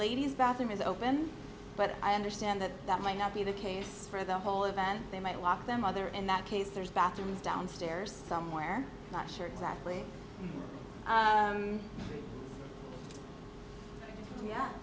ladies bathroom is open but i understand that that might not be the case for the whole event they might lock them up there in that case there's bathrooms downstairs somewhere not sure exactly